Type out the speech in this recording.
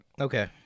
Okay